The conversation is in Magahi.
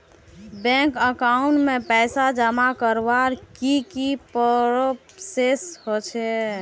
बैंक अकाउंट में पैसा जमा करवार की की प्रोसेस होचे?